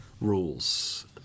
rules